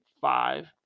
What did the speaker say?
five